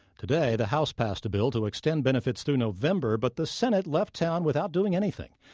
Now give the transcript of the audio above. today the house passed a bill to extend benefits through november. but the senate left town without doing anything.